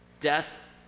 death